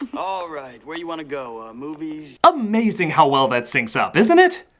um alright, where you wanna go? movies? amazing how well that syncs up, isn't it?